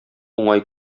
уңай